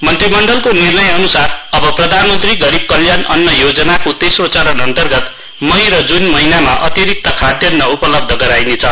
मन्त्रीमण्डलको निर्णय अन्सार अब प्रधानमंत्री गरीब कल्याण अन्न योजनाको तेस्रो चरण अन्तर्गत मई र जून महिनामा अतिरिक्त खाद्यान्न उपलब्ध गराइने छ